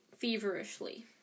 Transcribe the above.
feverishly